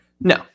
no